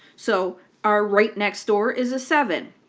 so our right next door is a seven,